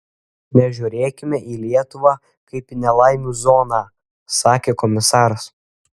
nežiūrėkime į lietuvą kaip į nelaimių zoną sakė komisaras